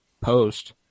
post